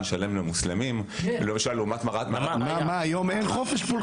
שלם למוסלמים לעומת למשל --- היום אין חופש פולחן?